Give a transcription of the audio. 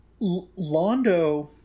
Londo